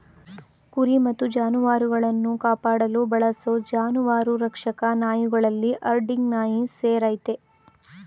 ಕುರಿ ಮತ್ತು ಜಾನುವಾರುಗಳನ್ನು ಕಾಪಾಡಲು ಬಳಸೋ ಜಾನುವಾರು ರಕ್ಷಕ ನಾಯಿಗಳಲ್ಲಿ ಹರ್ಡಿಂಗ್ ನಾಯಿ ಸೇರಯ್ತೆ